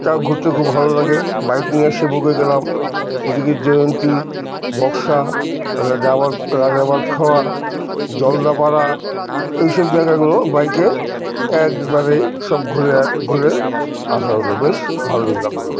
যাইহোক ঘুরতে খুব ভালো লাগে বাইক নিয়ে সেবকে গেলাম এদিকে জয়ন্তী বক্সা রাজাভাতখাওয়া জলদাপাড়া এইসব জায়গাগুলো বাইকে একবারেই সব ঘুরে ঘুরে আসা হলো বেশ ভালো লাগল